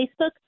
Facebook